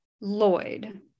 Lloyd